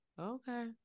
Okay